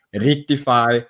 rectify